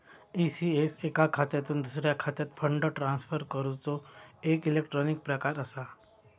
ECS एका खात्यातुन दुसऱ्या खात्यात फंड ट्रांसफर करूचो एक इलेक्ट्रॉनिक प्रकार असा